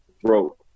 throat